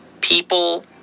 people